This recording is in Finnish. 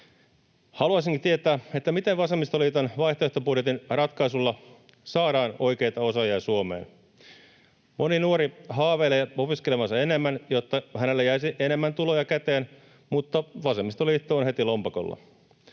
Haluaisinkin tietää, miten vasemmistoliiton vaihtoehtobudjetin ratkaisulla saadaan oikeita osaajia Suomeen. Moni nuori haaveilee opiskelevansa enemmän, jotta hänelle jäisi enemmän tuloja käteen, mutta vasemmistoliitto on heti lompakolla.